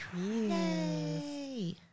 Yay